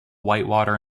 whitewater